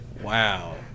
wow